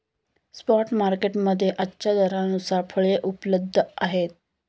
spot market मध्ये आजच्या दरानुसार फळे उपलब्ध आहेत